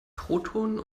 protonen